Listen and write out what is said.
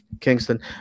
Kingston